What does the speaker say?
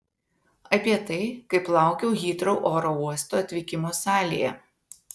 apie tai kaip laukiau hitrou oro uosto atvykimo salėje